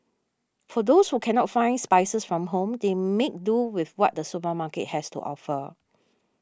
for those who cannot find spices from home they make do with what the supermarket has to offer